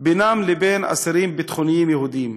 בינם לבין אסירים ביטחוניים יהודים,